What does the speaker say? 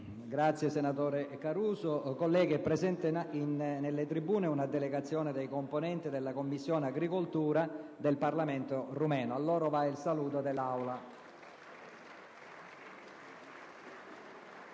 finestra"). Colleghi, è presente nelle tribune una delegazione dei componenti della Commissione agricoltura del Parlamento romeno, alla quale va il saluto dell'Aula.